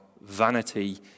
vanity